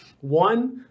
One